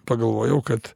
pagalvojau kad